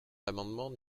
l’amendement